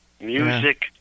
music